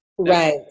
right